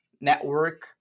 network